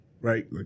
right